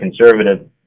conservative